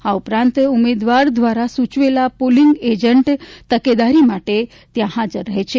આ ઉપરાંત ઉમેદવાર દ્વારા સૂચવેલા પોલીંગ એજન્ટ તકેદારી માટે ત્યાં હાજર રહે છે